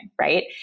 right